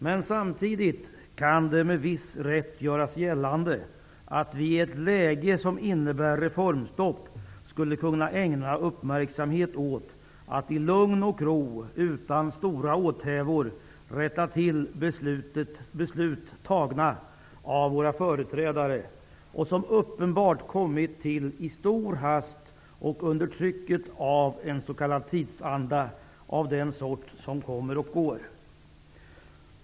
Men samtidigt kan det med viss rätt göras gällande, att vi i ett läge som innebär reformstopp skulle kunna ägna uppmärksamhet åt att i lugn och ro, utan stora åthävor, rätta till beslut som tagits av våra företrädare och som uppenbart kommit till i stor hast, under trycket av en s.k. tidsanda av den sort som kommer och går.